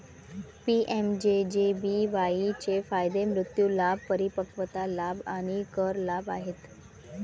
PMJJBY चे फायदे मृत्यू लाभ, परिपक्वता लाभ आणि कर लाभ आहेत